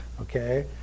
okay